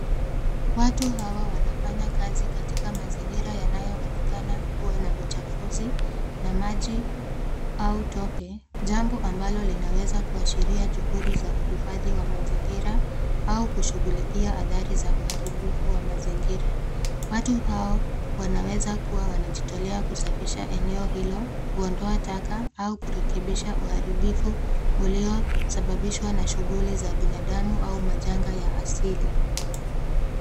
Watu hawa wanafanya kazi katika mazingira yanayoonekana kuwa na uchafuzi na maji au tope, jambo ambalo linaweza kuashiria juhudi za uhifadhi wa mazingira au kushughulikia athari za uharibifu wa mazingira. Watu hao wanaweza kuwa wanajitolea kusafisha eneo hilo kuondoa taka au kurekebisha uharibifu uliosababishwa na shughuli za binadamu au majanga ya asili.